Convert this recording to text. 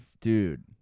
Dude